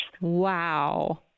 Wow